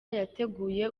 yateguye